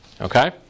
Okay